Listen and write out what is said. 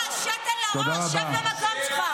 חברת הכנסת טלי גוטליב, בבקשה.